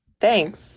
Thanks